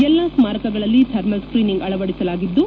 ಎಲ್ಲ ಸ್ನಾರಕಗಳಲ್ಲಿ thermal screening ಅಳವಡಿಸಲಾಗಿದ್ದು